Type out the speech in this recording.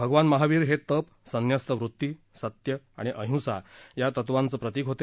भगवान महावीर हे तप संन्यस्त वृत्तीसत्य आणि अहिंसा या तत्त्वांचं प्रतीक होते